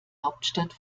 hauptstadt